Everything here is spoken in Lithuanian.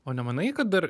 o nemanai kad dar